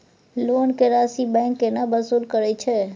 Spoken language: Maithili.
लोन के राशि बैंक केना वसूल करे छै?